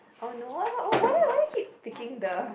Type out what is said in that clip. oh no wha~ wha~ why do I why do I keeping picking the